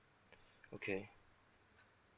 okay